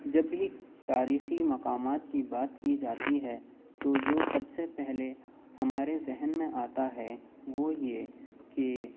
جب بھی تاریخی مقامات کی بات کی جاتی ہے تو جو سب سے پہلے ہمارے ذہن میں آتا ہے وہ یہ کہ